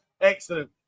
Excellent